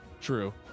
True